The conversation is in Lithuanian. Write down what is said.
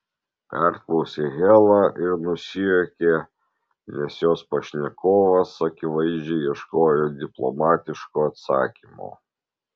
perklausė hela ir nusijuokė nes jos pašnekovas akivaizdžiai ieškojo diplomatiško atsakymo